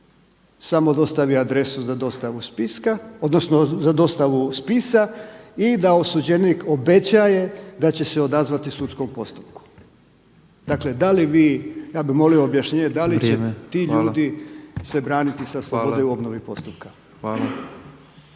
spiska, odnosno za dostavu spisa i da osuđenik obećaje da će se odazvati sudskom postupku. Dakle, da li vi, ja bih molio objašnjenje… …/Upadica predsjednik: Vrijeme./… … da li će ti ljudi se braniti sa slobode u obnovi postupka.